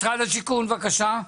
משרד השיכון, בבקשה.